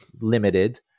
limited